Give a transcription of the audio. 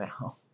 now